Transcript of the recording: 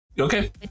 okay